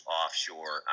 offshore